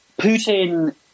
Putin